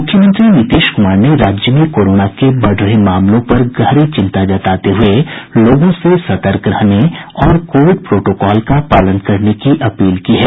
मुख्यमंत्री नीतीश कुमार ने राज्य में कोरोना के बढ़ रहे मामलों पर गहरी चिंता जताते हुए लोगों से सतर्क रहने और कोविड प्रोटोकॉल का पालन करने की अपील की है